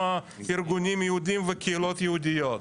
הארגונים היהודים והקהילות היהודיות.